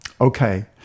Okay